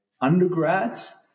undergrads